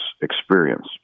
experience